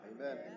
Amen